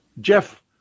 Jeff